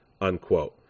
unquote